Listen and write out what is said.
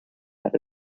had